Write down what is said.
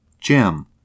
Jim